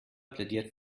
plädiert